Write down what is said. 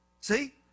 See